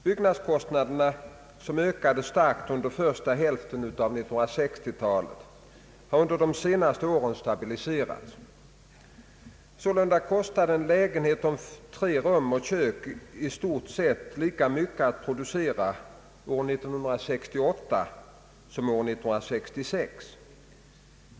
Byggnadskostnaderna, som ökade starkt under första hälften av 1960 talet, har under senare år stabiliserats. Sålunda kostade en lägenhet om 3 rum och kök i stort sett lika mycket att producera år 1968 som år 1966.